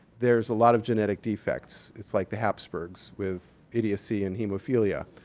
there's a lot of genetic defects. it's like the hapsburgs with idiocy and hemophilia.